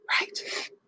Right